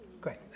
Great